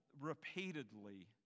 repeatedly